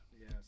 Yes